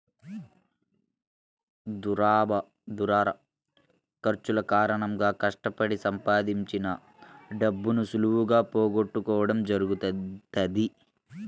దుబారా ఖర్చుల కారణంగా కష్టపడి సంపాదించిన డబ్బును సులువుగా పోగొట్టుకోడం జరుగుతది